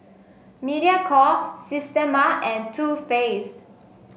Mediacorp Systema and Too Faced